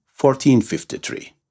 1453